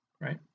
right